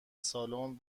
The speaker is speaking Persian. سالن